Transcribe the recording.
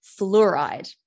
fluoride